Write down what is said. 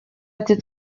ati